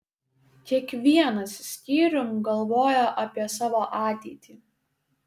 kiekvienas skyrium galvoja apie savo ateitį